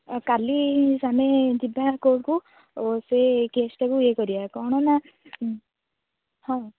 କାଲି ଆମେ ଯିବା କୋର୍ଟକୁ ଆଉ ସେ କେସ୍ଟାକୁ ଇଏ କରିବା କ'ଣ ନା ହଁ